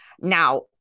Now